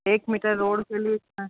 एक metre road के लिए क्या